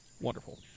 Wonderful